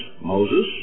Moses